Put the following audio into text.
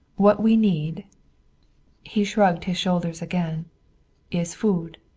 what we need he shrugged his shoulders again is food,